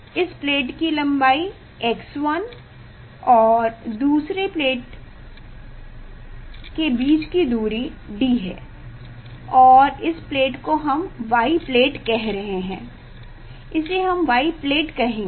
इस प्लेट की लंबाई x1 है और प्लेट के बीच की दूरी D है और इस प्लेट को हम y प्लेट कह रहे हैं इसे हम y प्लेट कहेंगे